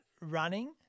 running